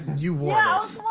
you wore